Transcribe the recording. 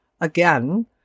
again